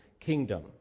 Kingdom